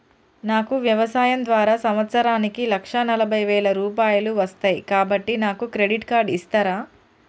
నాకు వ్యవసాయం ద్వారా సంవత్సరానికి లక్ష నలభై వేల రూపాయలు వస్తయ్, కాబట్టి నాకు క్రెడిట్ కార్డ్ ఇస్తరా?